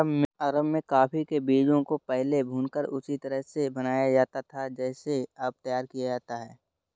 अरब में कॉफी के बीजों को पहले भूनकर उसी तरह से बनाया जाता था जैसे अब तैयार किया जाता है